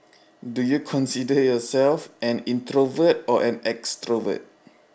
do you consider yourself an introvert or an extrovert